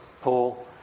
Paul